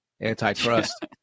Antitrust